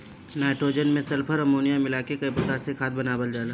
nitrogen में sulphur, ammonium मिला के कई प्रकार से खाद बनावल जाला